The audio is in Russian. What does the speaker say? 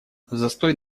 застой